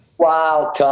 Wow